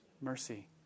Mercy